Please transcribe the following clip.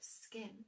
skin